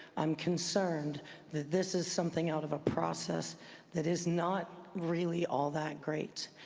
i'm concerned that this is something out of a process that is not really all that great